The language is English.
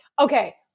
okay